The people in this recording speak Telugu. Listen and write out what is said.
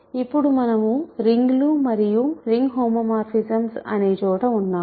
ఇప్పుడు మనము రింగులు మరియు రింగ్ హోమోమార్ఫిజమ్స్ అనే చోట ఉన్నాము